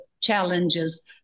challenges